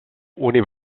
ohne